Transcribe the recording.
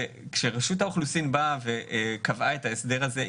כשרשות האוכלוסין באה וקבעה את ההסדר הזה,